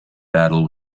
battle